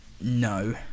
no